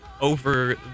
over